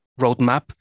roadmap